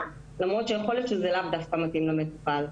למרות שיכול להיות שהיא לאו דווקא מתאימה למטופל.